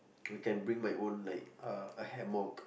I can bring my own like a hammock